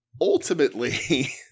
ultimately